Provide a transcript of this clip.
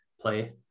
play